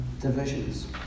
divisions